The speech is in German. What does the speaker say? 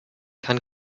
kann